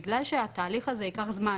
בגלל שהתהליך הזה ייקח זמן